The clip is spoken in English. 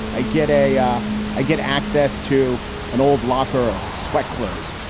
i get a. ah i get access to an old locker of sweat clothes.